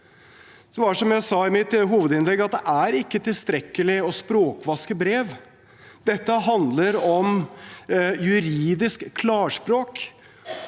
Det er ikke tilstrekkelig å språkvaske brev, dette handler om juridisk klarspråk,